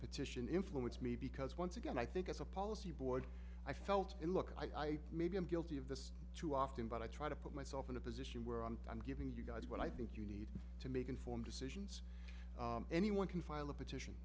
petition influence me because once again i think it's a policy board i felt and look i maybe i'm guilty of this too often but i try to put myself in a position where on i'm giving you guys what i think you need to make informed decision anyone can file a petition